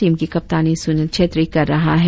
team की कप्तानी सुनील क्षेत्री कर रहा हैं